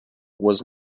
was